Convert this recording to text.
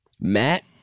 Matt